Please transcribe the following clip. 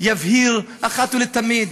יבהיר אחת ולתמיד,